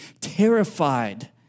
terrified